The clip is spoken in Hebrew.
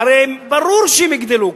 והרי ברור שהם יגדלו,